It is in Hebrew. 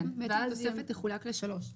כן, ואז התוספת תחולק לשלוש.